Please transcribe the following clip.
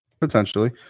Potentially